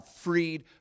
freed